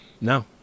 No